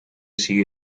sigue